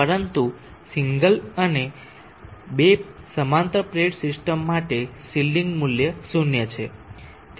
પરંતુ સિંગલ અને 2 સમાંતર પ્લેટ સિસ્ટમ માટે શિલ્ડિંગ મૂલ્ય 0 છે